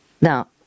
Now